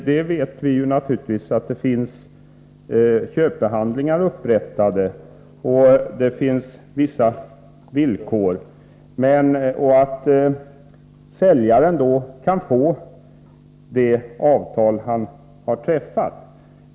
Herr talman! Att det finns köpehandlingar upprättade och att det finns vissa villkor som gör att säljaren får genomföra det avtal han har träffat vet vi naturligtvis.